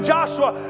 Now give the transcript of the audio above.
Joshua